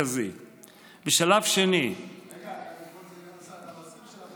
כרגע אנחנו נמצאים